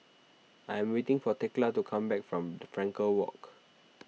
I am waiting for thekla to come back from Frankel Walk